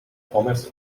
pommes